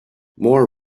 more